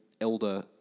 elder